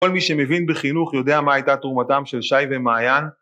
כל מי שמבין בחינוך יודע מה הייתה תרומתם של שי ומעיין